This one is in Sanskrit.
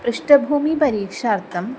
पृष्टभूमिपरीक्षार्थं